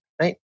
Right